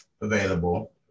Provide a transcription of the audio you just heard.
available